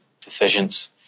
decisions